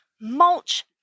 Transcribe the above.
mulch